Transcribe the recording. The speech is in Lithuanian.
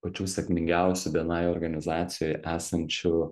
pačių sėkmingiausių bni organizacijoj esančių